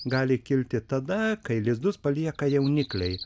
gali kilti tada kai lizdus palieka jaunikliai